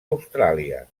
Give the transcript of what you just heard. austràlia